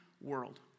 world